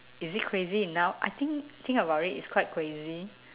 is it crazy enough I think think about it it's quite crazy